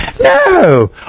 no